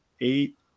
eight